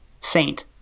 saint